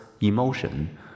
emotion